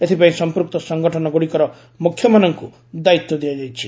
ଏଥିପାଇଁ ସମ୍ପୁକ୍ତ ସଙ୍ଗଠନଗୁଡ଼ିକର ମୁଖ୍ୟମାନଙ୍କୁ ଦାୟିତ୍ୱ ଦିଆଯାଇଛି